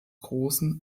großen